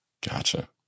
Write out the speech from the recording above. Gotcha